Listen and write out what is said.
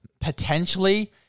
potentially